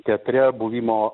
teatre buvimo